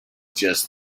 just